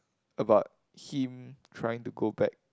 about him trying to go back